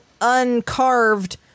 uncarved